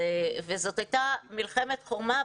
הייתה מלחמת חורמה,